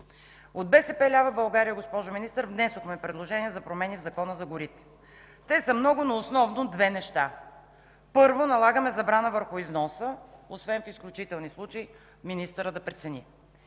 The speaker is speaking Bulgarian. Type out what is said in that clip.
От БСП лява България, госпожо Министър, внесохме предложения за промени в Закона за горите. Те са много, но основно са две неща. Първо, налагаме забрана върху износа, освен в изключителни случаи министърът да прецени.